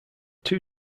two